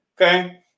Okay